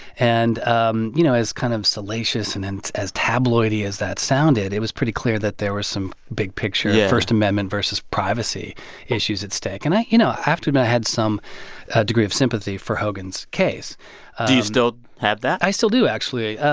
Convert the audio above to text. and, um you know, as kind of salacious and and as tabloidy as that sounded, it was pretty clear that there was some big picture first amendment versus privacy issues at stake. and i you know, i have to admit i had some degree of sympathy for hogan's case do you still have that? i still do actually.